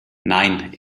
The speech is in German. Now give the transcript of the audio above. nein